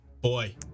Boy